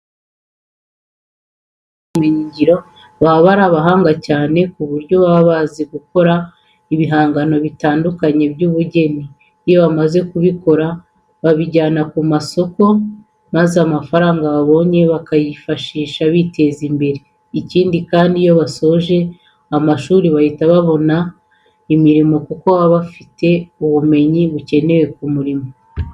Abanyeshuri biga mu mashuri y'imyuga n'ubumenyingiro baba ari abahanga cyane ku buryo baba bazi gukora ibihangano bitandukanye by'ubugeni. Iyo bamaze kubikora babijyana ku masoko maza amafaranga babonye bakayifashisha biteza imbere. Ikindi kandi, iyo basoje amashuri bahita babona imirimo kuko baba bafite ubumenyi bukenewe ku murimo.